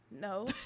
no